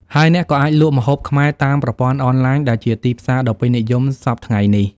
ហើយអ្នកក៏អាចលក់ម្ហូបខ្មែរតាមប្រព័ន្ធអនឡាញ ដែលជាទីផ្សារដ៏ពេញនិយមសព្វថ្ងៃនេះ។